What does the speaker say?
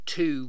Two